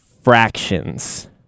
fractions